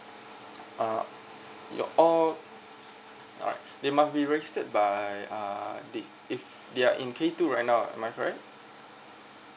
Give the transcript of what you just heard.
uh your orh alright they must be registered by uh this if they are in K two right now am I correct